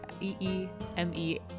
E-E-M-E